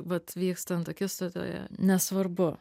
vat vykstant akistatoje nesvarbu